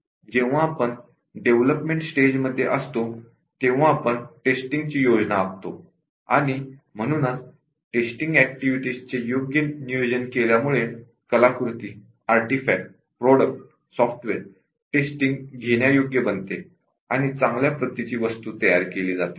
जेव्हा आपण development stage मध्ये असतो तेव्हा आपण टेस्टींग ची योजना आखतो आणि म्हणूनच टेस्टींग ऍक्टिव्हिटीज चे योग्य नियोजन केल्यामुळे कलाकृतीआर्टिफॅक्टप्रॉडक्टसॉफ्टवेअर टेस्टींग घेण्यायोग्य बनते आणि चांगल्या प्रतीची वस्तू तयार केली जाते